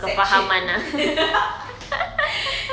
section